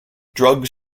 drugs